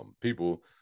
people